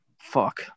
Fuck